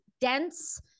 dense